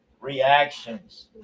reactions